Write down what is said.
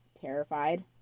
terrified